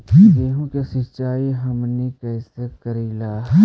गेहूं के सिंचाई हमनि कैसे कारियय?